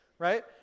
right